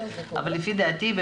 אבל לפי דעתי,